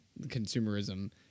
consumerism